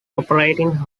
operating